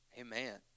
Amen